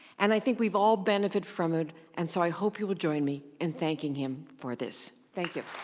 and i think we've all benefited from it, and so i hope you will join me in thanking him for this. thank you.